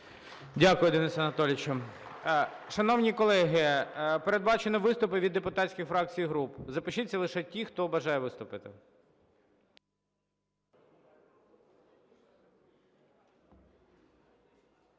Дякую, Денисе Анатолійовичу. Шановні колеги, передбачено виступи від депутатських фракцій і груп. Запишіться лише ті, хто бажає виступити.